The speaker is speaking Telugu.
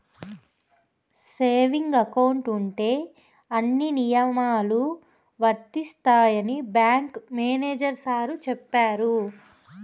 సేవింగ్ అకౌంట్ ఉంటే అన్ని నియమాలు వర్తిస్తాయని బ్యాంకు మేనేజర్ చెప్పినారు